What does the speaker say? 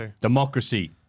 democracy